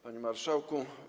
Panie Marszałku!